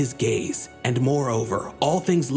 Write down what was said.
his gaze and moreover all things